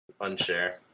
Unshare